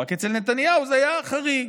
רק שאצל נתניהו זה היה חריג.